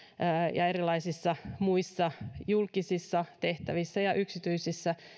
ja erilaisissa muissa julkisissa tehtävissä ja yksityisissä